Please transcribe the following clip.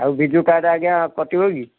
ଆଉ ବିଜୁ କାର୍ଡ଼ ଆଜ୍ଞା କଟିବ କି